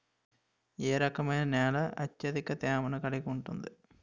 ఏ రకమైన నేల అత్యధిక తేమను కలిగి ఉంటుంది?